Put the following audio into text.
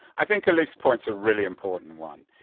i think elif's point's a really important one.